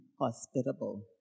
hospitable